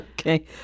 Okay